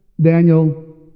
Daniel